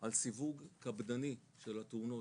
על סיווג קפדני של התאונות,